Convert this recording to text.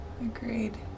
Agreed